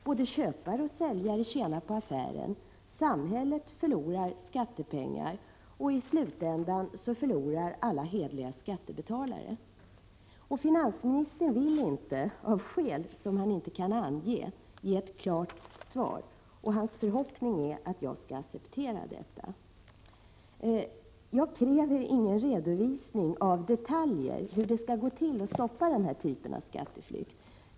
Både köpare och säljare tjänar på affären, samhället förlorar skattepengar, och i slutändan förlorar alla hederliga skattebetalare. Finansministern vill inte, av skäl som han inte kan redovisa, ge ett klart svar. Hans förhoppning är att jag skall acceptera detta. Jag kräver ingen redovisning av detaljer — hur det skall gå till att stoppaden — Prot. 1987/88:43 här typen av skatteflykt.